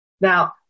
Now